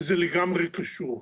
וזה לגמרי קשור.